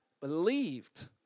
Believed